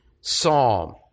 Psalm